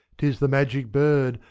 tis the magic bird,